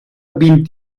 vint